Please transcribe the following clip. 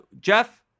jeff